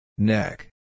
Neck